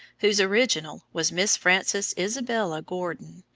whose original was miss frances isabella gordon.